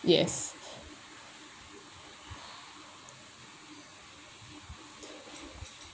yes